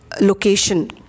location